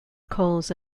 calls